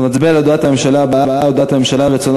אנחנו נצביע על הודעת הממשלה הבאה: הודעת הממשלה על רצונה